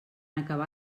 acabar